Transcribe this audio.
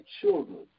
children